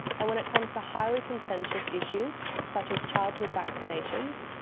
and when it comes to highly contentious issues such as childhood vaccinations,